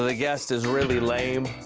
ah guest is really lame?